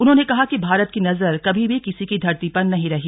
उन्होंने कहा कि भारत की नजर कभी भी किसी की धरती पर नहीं रही